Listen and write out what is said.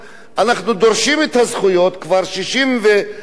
אנחנו דורשים את הזכויות כבר 64 שנה,